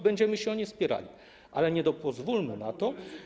Będziemy się o nie spierali, ale nie pozwólmy na to.